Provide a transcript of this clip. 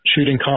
shooting